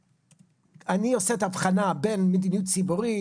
שאני עושה את ההבחנה בין מדיניות ציבורית